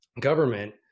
government